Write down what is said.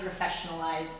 professionalized